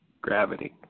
Gravity